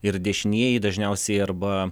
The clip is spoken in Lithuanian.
ir dešinieji dažniausiai arba